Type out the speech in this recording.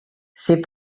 c’est